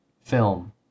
film